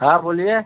हाँ बोलिए